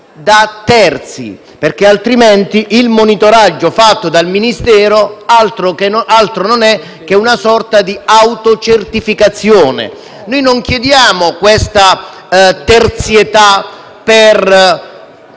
terzo; altrimenti il monitoraggio fatto dal Ministero altro non è che una sorta di autocertificazione. Noi non chiediamo questa terzietà per